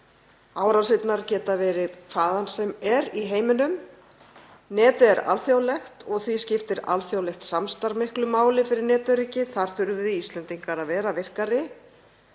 Árásirnar geta verið hvaðan sem er í heiminum. Netið er alþjóðlegt og því skiptir alþjóðlegt samstarf miklu máli fyrir netöryggi. Þar þurfum við Íslendingar að vera virkari,